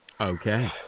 Okay